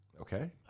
okay